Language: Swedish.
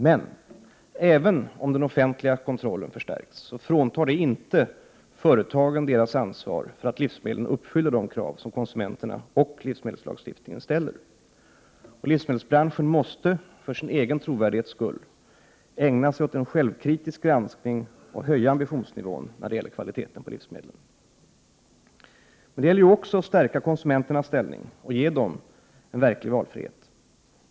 Men även om den offentliga kontrollen förstärks fråntar det inte företagen deras ansvar för att livsmedlen uppfyller de krav som konsumenterna och livsmedelslagstiftningen ställer. Livsmedelsbranschen måste, för sin egen trovärdighets skull, ägna sig åt en självkritisk granskning och höja ambitionsnivån när det gäller kvaliteten på livsmedlen. Det gäller också att stärka konsumenternas ställning och ge dem en verklig valfrihet.